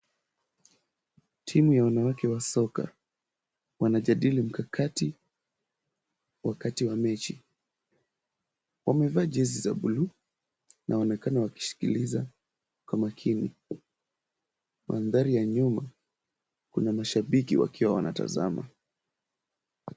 Timu ya wanawake wa soka wanajadili mkakati wakati wa mechi. Wamevaa jezi za buluu inaonekana wakisikiliza kwa makini. Mandhari ya nyuma kuna mashabiki wakiwa wanatazama.